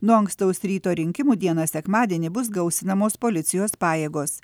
nuo ankstaus ryto rinkimų dieną sekmadienį bus gausinamos policijos pajėgos